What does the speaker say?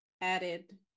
added